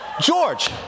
George